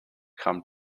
come